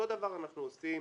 אותו דבר אנחנו עושים